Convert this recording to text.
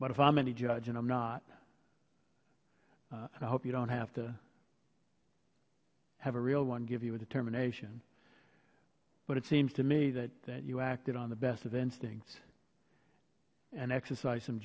i'm any judge and i'm not i hope you don't have to have a real one give you a determination but it seems to me that that you acted on the best of instincts and exercise some